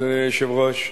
אדוני היושב-ראש,